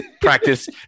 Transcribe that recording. practice